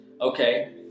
okay